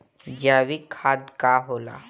जैवीक खाद का होला?